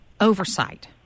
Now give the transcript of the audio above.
oversight